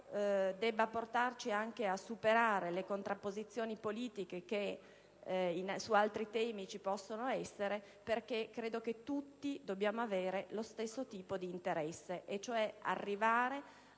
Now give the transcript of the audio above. devono portarci a superare le contrapposizioni politiche che su altri temi possono esservi, poiché tutti dobbiamo avere lo stesso tipo di interesse per arrivare